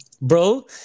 Bro